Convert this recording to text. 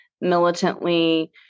militantly